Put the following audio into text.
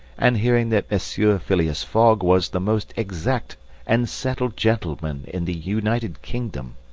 and hearing that monsieur phileas fogg was the most exact and settled gentleman in the united kingdom,